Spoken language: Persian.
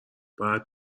باید